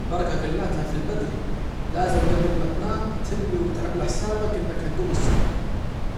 البركة كلاتها في البدري، لازم قبل ما تنام تنوي وتعمل حسابك انك هتجوم الصبح